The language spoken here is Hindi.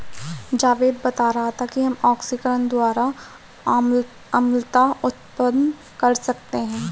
जावेद बता रहा था कि हम ऑक्सीकरण द्वारा अम्लता उत्पन्न कर सकते हैं